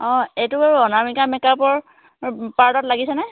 অঁ এইটো বাৰু অনামিকা মেকআপৰ পাৰলাৰত লাগিছে নে